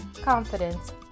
confidence